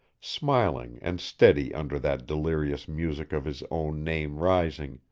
smiling and steady under that delirious music of his own name rising,